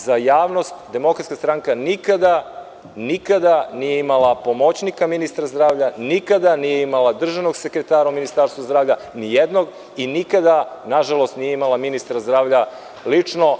Za javnost, DS nikada nije imala pomoćnika ministra zdravlja, nikada nije imala državnog sekretara u Ministarstvu zdravlja, ni jednog, i nikada nažalost nije imala ministra zdravlja lično.